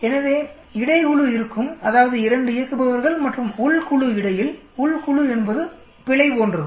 எனவே இடை குழு இருக்கும் அதாவது 2 இயக்குபவர்கள் மற்றும் உள் குழு இடையில் உள் குழு என்பது பிழை போன்றது